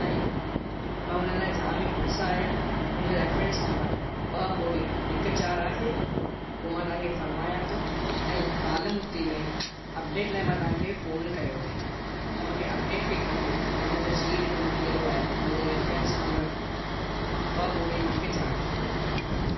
ऐं मां उन लाइ जाम ई उत्साह आहियां मुंहिंजो रैफरेंस नंबर ॿ ॿुड़ी हिकु चारि आहे उहो मां तव्हांखे फरमाया थो ऐं हालि मुति में अपडेट लाइ मां तव्हांखे फोन कयो आहे त मूंखे अपडेट पई खपे त मुंहिंजो सीट नंबर कहिड़ो आहे मुंहिंजे रेफरेंस नंबर ॿ ॿुड़ी हिकु चारि जो